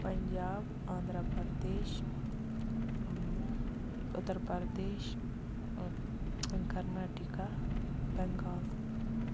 Punjab Andhra Pradesh Uttar Pradesh Karnataka Bengal